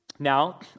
Now